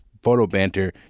PHOTOBANTER